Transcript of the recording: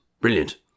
Brilliant